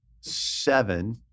seven